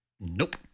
Nope